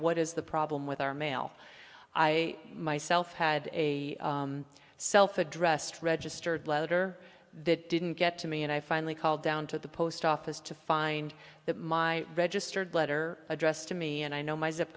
what is the problem with our mail i myself had a self addressed registered letter that didn't get to me and i finally called down to the post office to find that my registered letter addressed to me and i know my